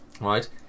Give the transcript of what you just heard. right